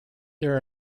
there